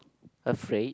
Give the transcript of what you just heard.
afraid